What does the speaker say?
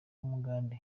w’umugande